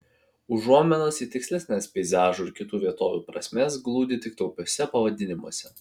užuominos į tikslesnes peizažų ir kitų vietovių prasmes glūdi tik taupiuose pavadinimuose